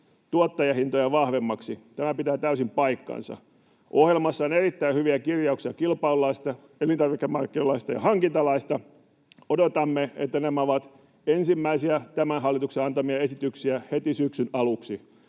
tuottajahintoja vahvemmiksi. Tämä pitää täysin paikkansa. Ohjelmassa on erittäin hyviä kirjauksia kilpailulaista, elintarvikemarkkinalaista ja hankintalaista. Odotamme, että nämä ovat ensimmäisiä tämän hallituksen antamia esityksiä heti syksyn aluksi.